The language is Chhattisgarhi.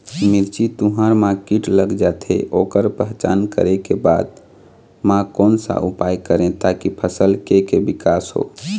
मिर्ची, तुंहर मा कीट लग जाथे ओकर पहचान करें के बाद मा कोन सा उपाय करें ताकि फसल के के विकास हो?